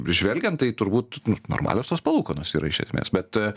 žvelgiant tai turbūt normalios tos palūkanos yra iš esmės bet